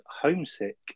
Homesick